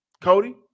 Cody